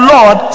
Lord